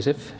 det.